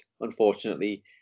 unfortunately